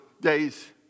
days